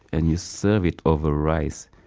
and you serve it over rice.